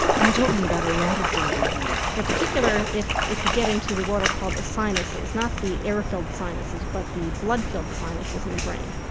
and we're talking about a lot of bleeding here. in particular if if you get into what are called the sinuses, not the air-filled sinuses but the blood-filled sinuses in the brain,